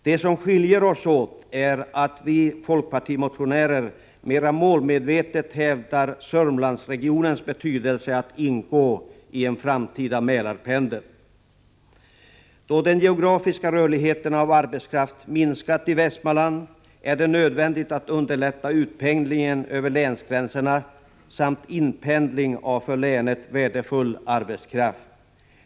Det som skiljer oss åt är att vi folkpartimotionärer mera målmedvetet hävdar Sörmlandsregionens betydelse i en framtida Mälarpendel. Då den geografiska rörligheten när det gäller arbetskraft minskat i Västmanland, är det nödvändigt att underlätta utpendlingen över länsgränserna samt inpendling av för länet värdefull arbetskraft.